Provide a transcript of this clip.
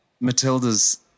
Matilda's